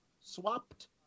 swapped